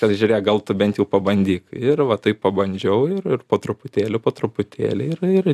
kad žiūrėk gal tu bent jau pabandyk ir va taip pabandžiau ir ir po truputėlį po truputėlį ir ir